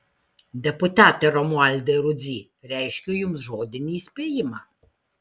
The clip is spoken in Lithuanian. deputate romualdai rudzy reiškiu jums žodinį įspėjimą